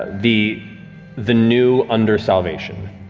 ah the the new under salvation.